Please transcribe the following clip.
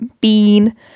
bean